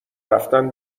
رفتن